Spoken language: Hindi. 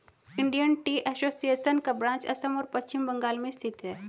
इंडियन टी एसोसिएशन का ब्रांच असम और पश्चिम बंगाल में स्थित है